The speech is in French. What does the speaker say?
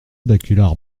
baculard